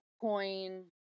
coin